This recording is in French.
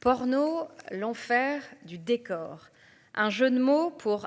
Porno l'enfer du décor. Un jeu de mots pour